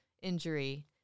Injury